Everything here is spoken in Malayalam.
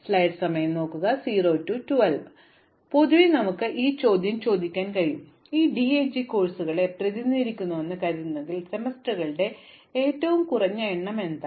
അതിനാൽ പൊതുവേ നമുക്ക് ഈ ചോദ്യം ചോദിക്കാൻ കഴിയും ഇവ DAG കോഴ്സുകളെ പ്രതിനിധീകരിക്കുന്നുവെന്ന് ഞാൻ കരുതുന്നുവെങ്കിൽ സെമസ്റ്ററുകളുടെ ഏറ്റവും കുറഞ്ഞ എണ്ണം എന്താണ്